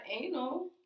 anal